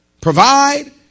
Provide